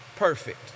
perfect